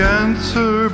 answer